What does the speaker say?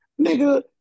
Nigga